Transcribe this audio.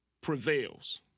prevails